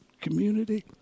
community